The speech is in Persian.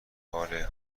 حال